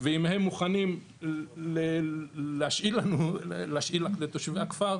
ואם הם מוכנים להשאיל אותה לתושבי הכפר,